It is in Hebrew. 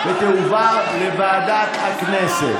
ותועבר לוועדת הכנסת